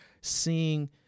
seeing